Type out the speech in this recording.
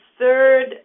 third